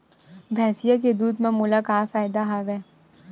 भैंसिया के दूध म मोला का फ़ायदा हवय?